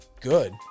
good